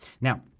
Now